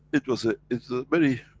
it was a, it was a very,